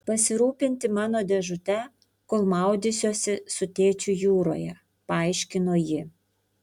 pasirūpinti mano dėžute kol maudysiuosi su tėčiu jūroje paaiškino ji